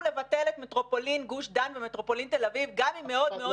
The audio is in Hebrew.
לבטל את מטרופולין גוש דן ומטרופולין תל אביב גם אם מאוד מאוד תתאמצו.